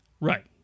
Right